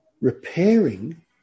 repairing